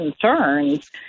concerns